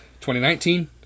2019